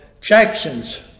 Jackson's